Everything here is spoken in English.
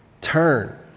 turn